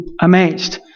amazed